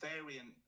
variant